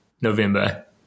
November